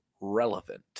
relevant